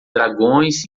dragões